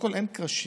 אין קרשים.